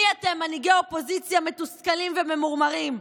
מי אתם, מנהיגי אופוזיציה מתוסכלים וממורמרים?